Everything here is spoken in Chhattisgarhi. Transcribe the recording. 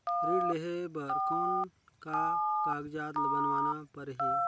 ऋण लेहे बर कौन का कागज बनवाना परही?